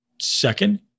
Second-